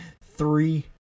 three